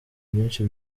byinshi